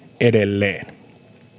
edelleen